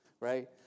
right